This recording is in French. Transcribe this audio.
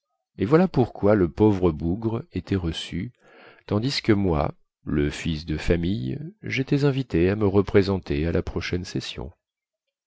et voilà pourquoi le pauvre bougre était reçu tandis que moi le fils de famille jétais invité à me représenter à la prochaine session